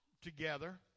together